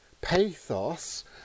pathos